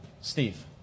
Steve